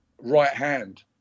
right-hand